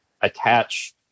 attach